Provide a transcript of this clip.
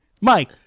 Mike